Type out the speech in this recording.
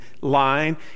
line